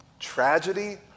Tragedy